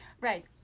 Right